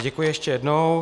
Děkuji ještě jednou.